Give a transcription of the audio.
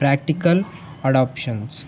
practical adoptions